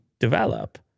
develop